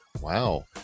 wow